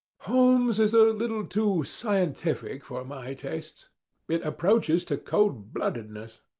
holmes is a little too scientific for my tastes it approaches to cold-bloodedness.